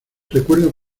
recuerdo